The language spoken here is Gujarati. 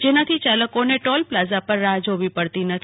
જેનાથી યાલકોને ટોલ પ્લાઝા પર રાહ્ જોવી પડતી નથી